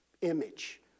image